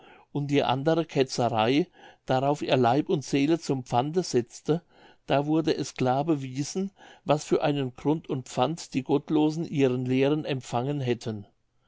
und die andere ketzerei darauf er leib und seele zum pfande setze da wurde es klar bewiesen was für einen grund und pfand die gottlosen ihren lehren empfangen hätten